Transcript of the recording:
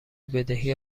بدهی